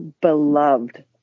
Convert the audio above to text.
beloved